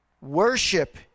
Worship